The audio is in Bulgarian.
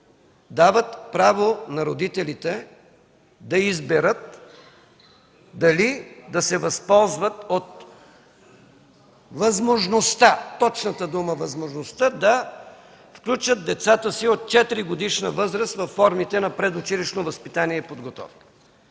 дават право на родителите да изберат дали да се възползват от възможността (точната дума е „възможността”) да включат децата си от 4-годишна възраст във формите на предучилищното възпитание и подготовка.